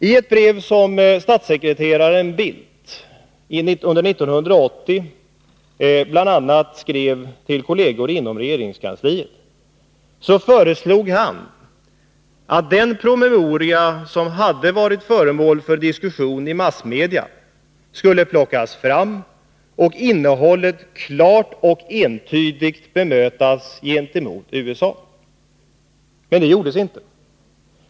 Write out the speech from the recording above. I ett brev som statssekreteraren Bildt under 1980 skrev till bl.a. kolleger inom regeringskansliet föreslogs att den promemoria som hade varit föremål för diskussion i massmedia skulle plockas fram och innehållet klart och tydligt bemötas. Men det gjordes inte.